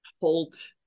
Holt